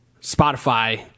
Spotify